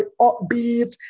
upbeat